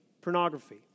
pornography